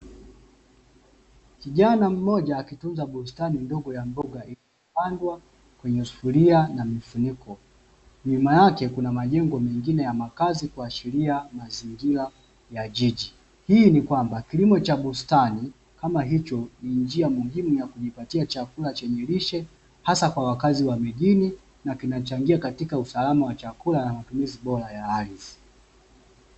Kijana mmoja akitunza bustani ndogo ya mboga kwenye sufuria na mifuniko nyuma yake kuna majengo mengine ya makazi kuashiria mazingira ya jiji, hii ni kwamba kilimo cha bustani kama hicho ni njia muhimu ya kujipatia chakula chenye lishe hasa kwa wakazi wa mijini na kinachangia katika usalama wa chakula na matumizi bora ya ardhi.